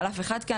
זו התחושה.